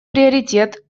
приоритет